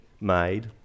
made